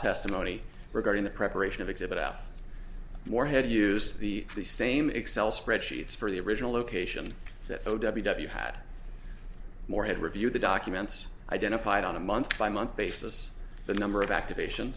testimony regarding the preparation of exhibit f morehead use the same excel spreadsheets for the original location that you had more had reviewed the documents identified on a month by month basis the number of activation